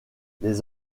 les